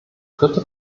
dritte